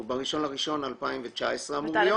הוא ב-1.1.2019 אמור להיות.